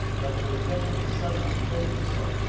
that the resemblance suddenly showed itself.